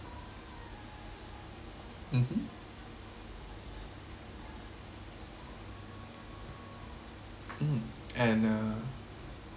mmhmm mm and uh